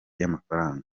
y’amafaranga